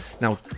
Now